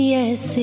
Yes